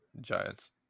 Giants